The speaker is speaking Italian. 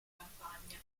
campagna